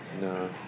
No